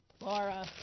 Laura